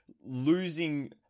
losing